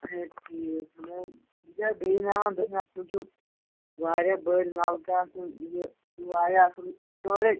اچھا ٹھیٖک یہِ دِژیاو بیٚۍ نمبر دُۄپُن اَتہِ نَس چھِیٚو واریاہ بڑۍ نَلکہٕ آسَن یہِ یہِ چھُ واریاہ اَصٕل سِٹور ییٚتہِ